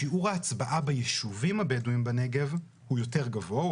שיעור ההצבעה ביישובים הבדואים בנגב הוא יותר גבוה.